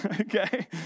Okay